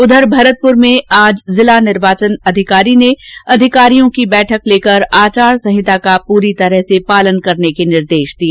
उधर भरतपुर में आज जिला निर्वाचन अधिकारी ने अधिकारियों की बैठक लेकर आचार संहिता का पूरी तरह से पालन करने के निर्देश दिए